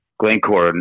Glencore